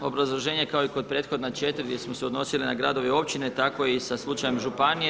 Obrazloženje kao i kod prethodna 4. gdje smo se odnosili na gradove i općine, tako i na slučajem županije.